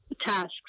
tasks